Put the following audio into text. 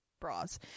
bras